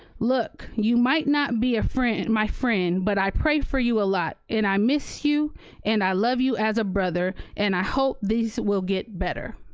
look, you might not be a friend, my friend, but i prayed for you a lot and i miss you and i love you as a brother and i hope these will get better.